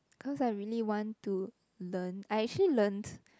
cause I really want to learn I actually learned